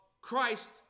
Christ